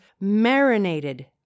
marinated